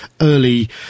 early